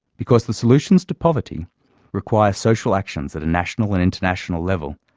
because the solutions to poverty require social actions at a national and international level,